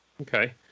Okay